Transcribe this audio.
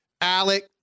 Alec